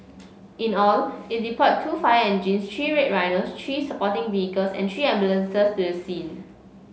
in all it deployed two fire engines three Red Rhinos three supporting vehicles and three ambulances to the scene